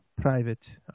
private